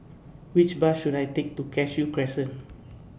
Which Bus should I Take to Cashew Crescent